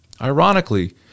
ironically